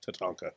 Tatanka